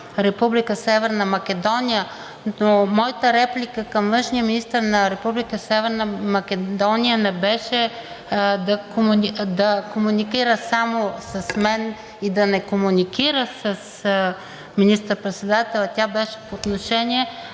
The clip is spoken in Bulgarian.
Македония, но моята реплика към външния министър на Република Северна Македония не беше да комуникира само с мен и да не комуникира с министър председателя, тя беше по отношение